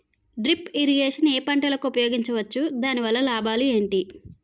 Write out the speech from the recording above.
Drip irrigation ఏ పంటలకు ఉపయోగించవచ్చు? దాని వల్ల లాభాలు ఏంటి?